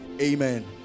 Amen